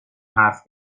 حرف